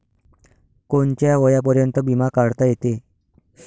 कोनच्या वयापर्यंत बिमा काढता येते?